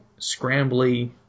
scrambly